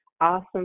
Awesome